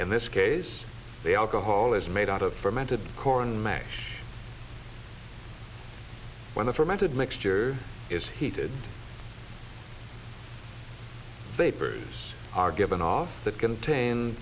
in this case the alcohol is made out of fermented corn match when the fermented mixture is heated papers are given off that contain